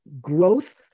Growth